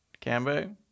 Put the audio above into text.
Cambo